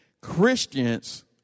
Christians